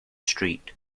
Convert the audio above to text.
street